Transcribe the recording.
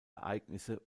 ereignisse